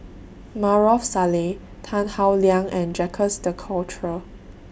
Maarof Salleh Tan Howe Liang and Jacques De Coutre